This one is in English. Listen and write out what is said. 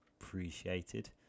appreciated